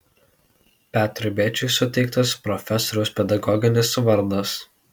petrui bėčiui suteiktas profesoriaus pedagoginis vardas